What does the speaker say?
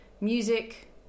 music